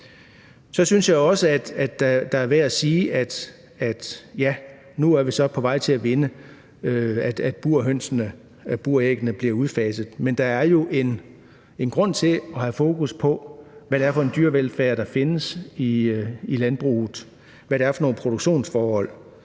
Så synes jeg også, at det er værd at sige, at nu er vi på vej til at vinde, at buræggene bliver udfaset, men der er jo en grund til at have fokus på, hvad det er for en dyrevelfærd, der findes i landbruget, hvad det er for nogle produktionsforhold.